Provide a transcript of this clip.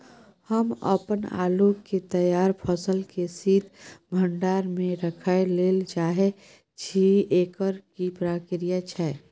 हम अपन आलू के तैयार फसल के शीत भंडार में रखै लेल चाहे छी, एकर की प्रक्रिया छै?